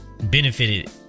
benefited